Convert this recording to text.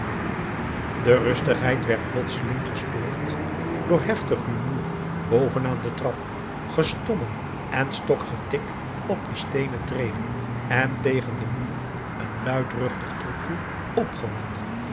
de rustigheid werd plotseling gestoord door heftig rumoer boven aan de trap gestommel en stokgetik op de steenen treden en tegen den muur een luidruchtig troepje opgewonden